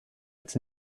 its